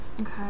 Okay